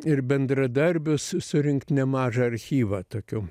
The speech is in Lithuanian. ir bendradarbius surinkt nemažą archyvą tokių